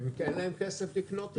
אין להם כסף לקנות את זה.